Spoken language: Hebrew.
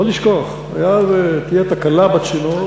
לא לשכוח: היה ותהיה תקלה בצינור,